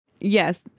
Yes